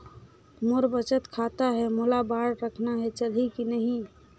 मोर बचत खाता है मोला बांड रखना है चलही की नहीं?